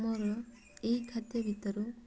ମୋର ଏହି ଖାଦ୍ୟ ଭିତରୁ